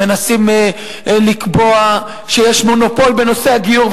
מנסים לקבוע שיש מונופול בנושא הגיור.